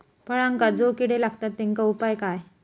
फळांका जो किडे लागतत तेनका उपाय काय?